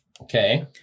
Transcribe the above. Okay